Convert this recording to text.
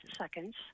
seconds